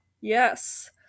Yes